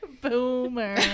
boomer